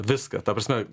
viską ta prasme